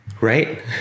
right